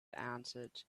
answered